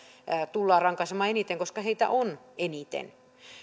tullaan rankaisemaan eniten koska heitä on eniten